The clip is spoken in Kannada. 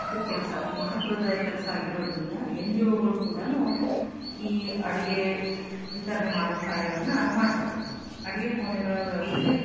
ಇದು ಕೆಲಸ ಮಹತ್ವದ ಕೆಲಸ ಆಗಿರೋದರಿಂದ ಎನ್ ಜಿ ಓಗಳು ಕೂಡ ಈ ಅಡುಗೆ ವಿತರಣೆ ಮಾಡೋ ಕಾರ್ಯವನ್ನು ಮಾಡ್ತವೆ ಅಡಿಗೆ ಕೋಣೆಗಳ ವ್ಯವಸ್ಥೆ